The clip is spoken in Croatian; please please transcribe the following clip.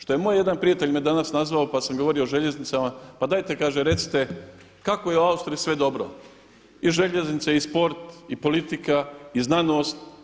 Što je moj jedan prijatelj me danas nazvao pa sam govorio o željeznicama, pa dajte kaže recite kako je u Austriji sve dobro i željeznice i sport i politika i znanost.